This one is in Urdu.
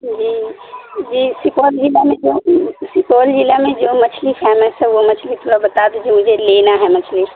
جی جی سپول ضلع میں جو سپول ضلع میں جو مچھلی فیمس ہے وہ مچھلی تھوڑا بتا دیجیے مجھے لینا ہے مچھلی